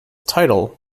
title